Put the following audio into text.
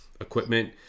equipment